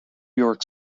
york